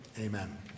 amen